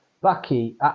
Bucky